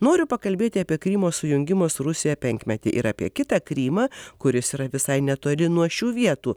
noriu pakalbėti apie krymo sujungimo su rusija penkmetį ir apie kitą krymą kuris yra visai netoli nuo šių vietų